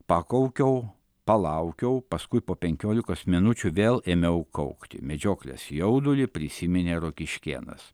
pakaukiau palaukiau paskui po penkiolikos minučių vėl ėmiau kaukti medžioklės jaudulį prisiminė rokiškėnas